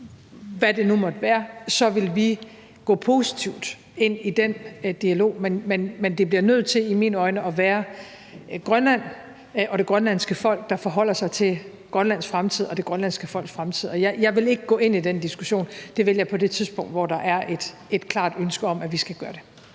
hvad det nu måtte være, så vil vi gå positivt ind i den dialog, men det bliver nødt til, i mine øjne, at være Grønland og det grønlandske folk, der forholder sig til Grønlands fremtid og det grønlandske folks fremtid, og jeg vil ikke gå ind i den diskussion. Det vil jeg på det tidspunkt, hvor der er et klart ønske om, at vi skal gøre det.